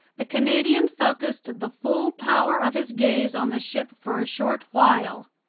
the canadian focused the full power of his gaze on the ship for a short while.